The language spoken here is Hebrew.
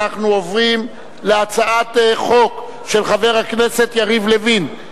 אנחנו עוברים להצעת חוק של חבר הכנסת יריב לוין,